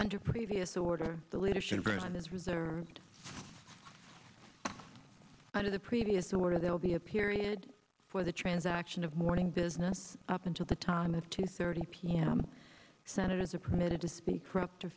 under previous order the leadership brand is reserved and of the previous order there will be a period for the transaction of morning business up until the time of two thirty pm senators are permitted to speak for up to